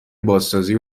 بازسازی